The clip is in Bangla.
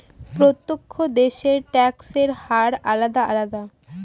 প্রত্যেক দেশের ট্যাক্সের হার আলাদা আলাদা